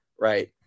right